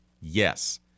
Yes